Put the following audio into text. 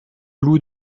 loup